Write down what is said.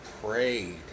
prayed